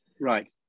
Right